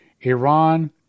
Iran